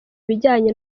bijyanye